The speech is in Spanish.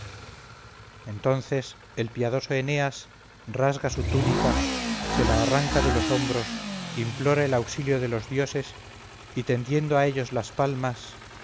entonces el piadoso eneas rasga su túnica se la arranca de los hombros implora el auxilio de los dioses y tendiendo a ellos las palmas